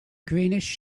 greenish